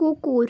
কুকুর